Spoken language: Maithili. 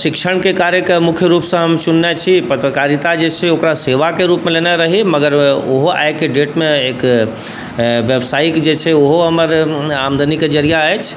शिक्षणके कार्य मुख्य रूपसँ हम चुनने छी पत्रकारिता जे छै ओकरा सेवाके रूपमे लेने रही मगर ओहो आइके डेटमे एक बेवसाइक जे छै ओहो हमर आमदनीके जरिआ अछि